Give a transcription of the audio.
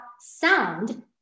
sound